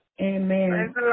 Amen